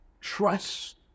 trust